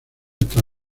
hasta